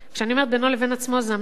כשאני אומרת "בינו לבין עצמו" זה המנהל